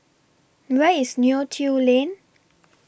Where IS Neo Tiew Lane